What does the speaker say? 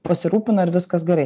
pasirūpino ir viskas gerai